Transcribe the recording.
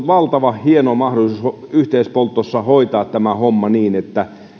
on valtavan hieno mahdollisuus yhteispoltossa hoitaa tämä homma niin että